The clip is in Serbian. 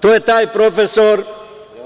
To je taj profesor